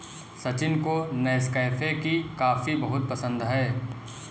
सचिन को नेस्कैफे की कॉफी बहुत पसंद है